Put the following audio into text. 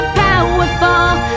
powerful